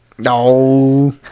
No